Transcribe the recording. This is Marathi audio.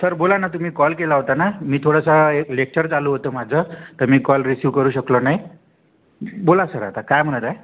सर बोला ना तुम्ही कॉल केला होता ना मी थोडासा एक लेक्चर चालू होतं माझं तर मी कॉल रीसिव्ह करू शकलो नाही बोला सर आता काय म्हणत आहे